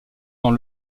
dans